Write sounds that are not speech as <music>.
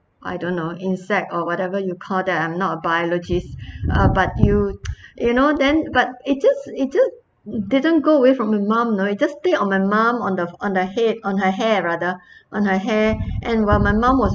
I don't know insect or whatever you call that I am not a biologist uh but you <noise> you know then but it just it just didn't go away from my mum you know it just stay on my mum on the on the head on her hair rather on her hair and while my mum was